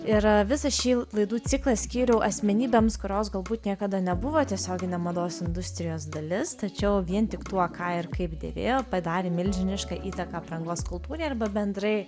ir visą šį laidų ciklą skyriau asmenybėms kurios galbūt niekada nebuvo tiesioginė mados industrijos dalis tačiau vien tik tuo ką ir kaip dėvėjo padarė milžinišką įtaką aprangos kultūrai arba bendrai